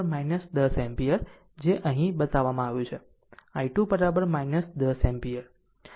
આમ I2 10 ampere જે અહીં બતાવવામાં આવ્યું છે I2 10 એમ્પીયર